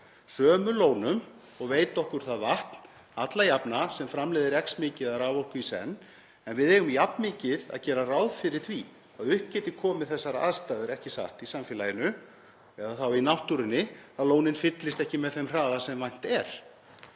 sömu lónum og veita okkur alla jafna það vatn sem framleiðir X mikið af raforku í senn. En við eigum jafn mikið að gera ráð fyrir því að upp geti komið þessar aðstæður í samfélaginu eða í náttúrunni að lónin fyllist ekki með þeim hraða sem vænt er.